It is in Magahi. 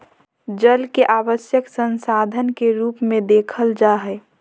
जल के आवश्यक संसाधन के रूप में देखल जा हइ